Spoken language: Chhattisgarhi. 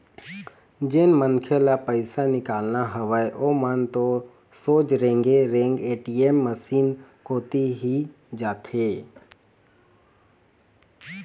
जेन मनखे ल पइसा निकालना हवय ओमन ह तो सोझ रेंगे रेंग ए.टी.एम मसीन कोती ही जाथे